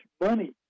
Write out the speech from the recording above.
money